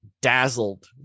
dazzled